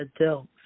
adults